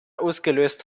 ausgelöst